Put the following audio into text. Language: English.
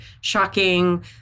shocking